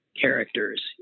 characters